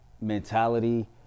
mentality